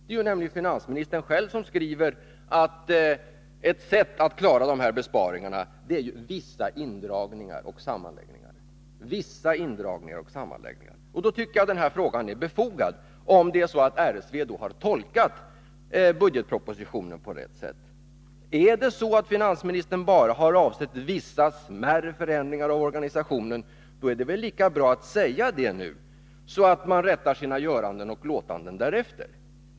Det är nämligen finansministern själv som skriver att ett sätt att klara dessa besparingar är vissa indragningar och sammanläggningar. Jag tycker att min fråga är befogad, om RSV har tolkat budgetpropositionen på rätt sätt. Har finansministern avsett bara vissa smärre förändringar av organisationen, är det väl lika bra att säga det nu, så att man rättar sina göranden och låtanden därefter.